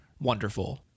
wonderful